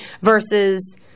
versus